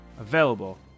available